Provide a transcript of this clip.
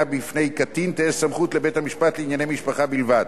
מפני קטין תהא סמכות לבית-המשפט לענייני משפחה בלבד,